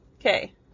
Okay